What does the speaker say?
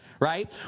right